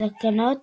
תקנות